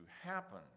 happen